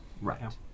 Right